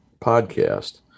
podcast